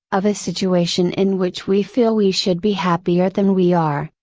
of a situation in which we feel we should be happier than we are,